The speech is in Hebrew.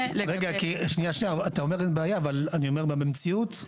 אתה אומר אין בעיה, אבל אני אומר במציאות,